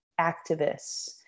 activists